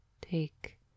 Take